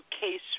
case